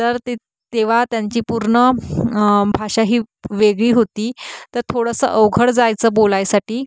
तर ते तेव्हा त्यांची पूर्ण भाषा ही वेगळी होती तर थोडंसं अवघड जायचं बोलायसाठी